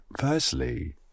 Firstly